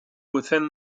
within